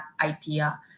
idea